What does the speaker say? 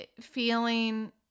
feeling